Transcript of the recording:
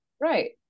Right